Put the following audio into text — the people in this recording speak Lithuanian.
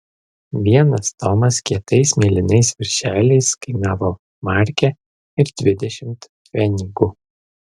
vienas tomas kietais mėlynais viršeliais kainavo markę ir dvidešimt pfenigų